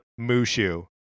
Mushu